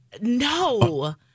no